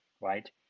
right